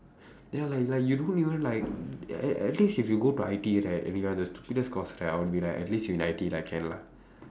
ya like like you don't even like at at least if you got to I_T_E right and you are in the stupidest course right I'll be like at least you in I_T_E lah can lah